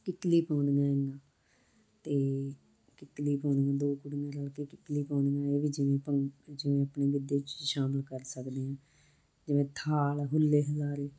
ਕਿੱਕਲੀ ਪਾਉਦੀਆਂ ਐਗੀਆਂ ਅਤੇ ਕਿੱਕਲੀ ਪਾਉਂਦੀਆਂ ਦੋ ਕੁੜੀਆਂ ਰਲ ਕੇ ਕਿੱਕਲੀ ਪਾਉਦੀਆਂ ਇਹ ਜਿਵੇਂ ਭੰ ਜਿਵੇਂ ਆਪਣੇ ਗਿੱਧੇ 'ਚ ਸ਼ਾਮਿਲ ਕਰ ਸਕਦੇ ਹਾਂ ਜਿਵੇਂ ਥਾਲ ਹੁੱਲੇ ਹੁਲਾਰੇ